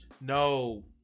No